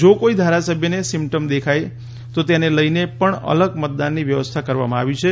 જો કોઇ ધારાસભ્યોને સિમટમ્સ દેખાય તો તેને લઇને પણ અલગ મતદાનની વ્યવસ્થા કરવામાં આવી છે